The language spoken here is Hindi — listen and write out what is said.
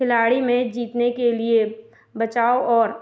खिलाड़ी मैच जीतने के लिए बचाव और